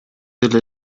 эле